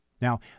Now